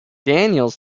daniels